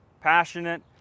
passionate